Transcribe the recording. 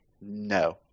no